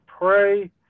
pray